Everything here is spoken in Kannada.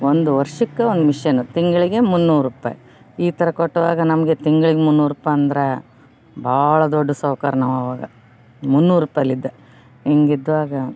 ಒಂದು ವರ್ಷಕ್ಕೆ ಒಂದು ಮಿಷನ್ನು ತಿಂಗಳಿಗೆ ಮುನ್ನೂರು ರೂಪಾಯಿ ಈ ಥರ ಕಟ್ಟುವಾಗ ನಮಗೆ ತಿಂಗ್ಳಿಗೆ ಮುನ್ನೂರು ರೂಪಾಯಿ ಅಂದ್ರ ಭಾಳ ದೊಡ್ಡ ಸಾಹುಕಾರ್ ನಾವು ಆವಾಗ ಮುನ್ನೂರು ರೂಪಾಯಿಯಲ್ಲಿ ಇದ್ದೆ ಹಿಂಗಿದ್ದಾಗ